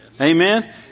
Amen